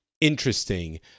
interesting